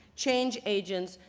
change agents,